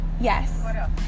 Yes